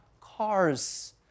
cars